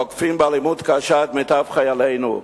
תוקפים באלימות קשה את מיטב חיילינו.